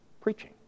preaching